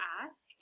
ask